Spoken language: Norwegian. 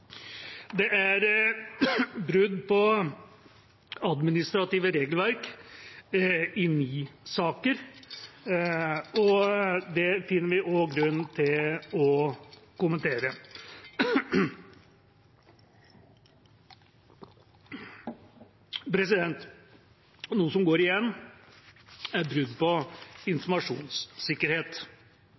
Det er brudd på administrative regelverk i ni saker, og det finner vi også grunn til å kommentere. Noe som går igjen, er brudd på informasjonssikkerhet.